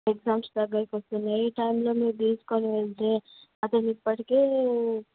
exams దగ్గరికి వస్తున్నాయి ఈ టైంలో మీరు తీసుకుని వెళ్తే అతను ఇప్పటికే